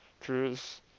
truths